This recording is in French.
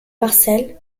parcelles